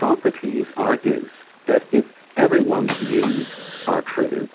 socrates argues that if everyone's views are true